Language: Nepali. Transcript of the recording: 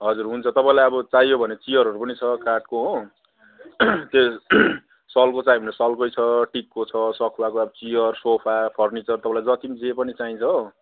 हजुर हुन्छ तपाईँलाई अब चाहियो भने चियरहरू पनि छ काठको हो त्यो सालको चाहियो भने सालकै छ टिकको छ सखुवाको अब चियर सोफा फर्निचर तपाईँलाई जति पनि जे पनि चाहिन्छ हो